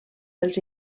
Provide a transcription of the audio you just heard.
dels